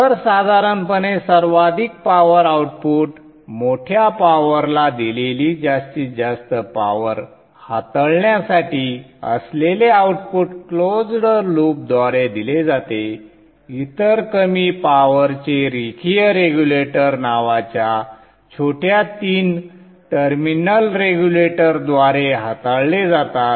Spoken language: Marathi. तर साधारणपणे सर्वाधिक पॉवर आउटपुट मोठ्या पॉवरला दिलेली जास्तीत जास्त पॉवर हाताळण्यासाठी असलेले आउटपुट क्लोज्ड लूपद्वारे दिले जाते इतर कमी पॉवरचे रेखीय रेग्युलेटर नावाच्या छोट्या तीन टर्मिनल रेग्युलेटर द्वारे हाताळले जातात